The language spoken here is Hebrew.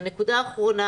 הנקודה האחרונה,